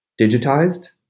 digitized